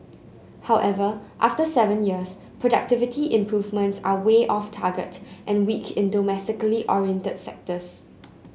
however after seven years productivity improvements are way off target and weak in domestically oriented sectors